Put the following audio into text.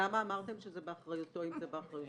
למה אמרתם שזה באחריותו, אם זה באחריותכם?